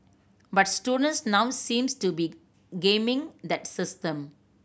but students now seems to be gaming that system